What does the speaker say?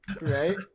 Right